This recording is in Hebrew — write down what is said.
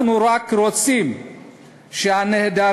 אנחנו רק רוצים שהנעדרים,